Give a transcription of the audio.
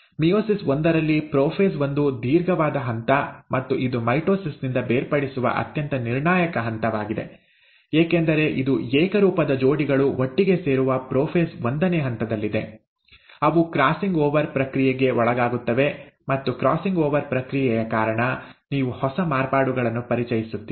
meiosis ಒಂದರಲ್ಲಿ prophase ಒಂದು ದೀರ್ಘವಾದ ಹಂತ ಮತ್ತು ಇದು ಮೈಟೊಸಿಸ್ ನಿಂದ ಬೇರ್ಪಡಿಸುವ ಅತ್ಯಂತ ನಿರ್ಣಾಯಕ ಹಂತವಾಗಿದೆ ಏಕೆಂದರೆ ಇದು ಏಕರೂಪದ ಜೋಡಿಗಳು ಒಟ್ಟಿಗೆ ಸೇರುವ ಪ್ರೊಫೇಸ್ ಒಂದನೇ ಹಂತದಲ್ಲಿದೆ ಅವು ಕ್ರಾಸಿಂಗ್ ಓವರ್ ಪ್ರಕ್ರಿಯೆಗೆ ಒಳಗಾಗುತ್ತವೆ ಮತ್ತು ಕ್ರಾಸಿಂಗ್ ಓವರ್ ಪ್ರಕ್ರಿಯೆಯ ಕಾರಣ ನೀವು ಹೊಸ ಮಾರ್ಪಾಡುಗಳನ್ನು ಪರಿಚಯಿಸುತ್ತೀರಿ